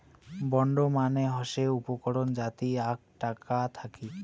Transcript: bond মানে হসে উপকরণ যাতি আক টাকা থাকি